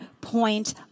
point